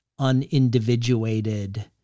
unindividuated